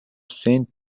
saint